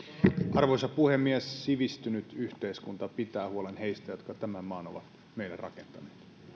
arvoisa puhemies sivistynyt yhteiskunta pitää huolen heistä jotka tämän maan ovat meille rakentaneet